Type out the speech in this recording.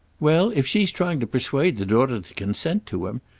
well, if she's trying to persuade the daughter to consent to him,